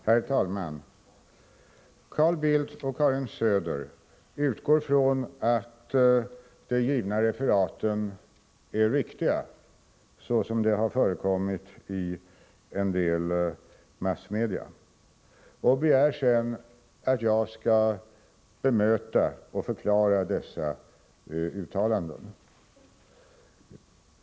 Herr talman! Carl Bildt och Karin Söder utgår från att de givna referaten är riktiga såsom de har förekommit i en del massmedia. De begär sedan att jag skall förklara mina uttalanden.